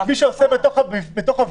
מי שעושה בתוך הווילה,